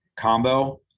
combo